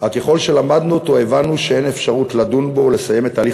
אך ככל שלמדנו אותו הבנו שאין אפשרות לדון בו ולסיים את הליך